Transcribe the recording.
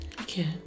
Okay